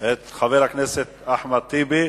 את חבר הכנסת אחמד טיבי,